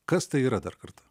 kas tai yra dar kartą